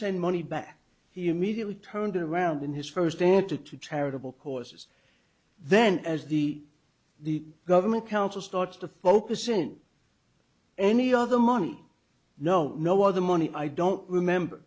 send money back immediately turned around in his first day after two charitable causes then as the the government counsel starts to focus in any of the money no no other money i don't remember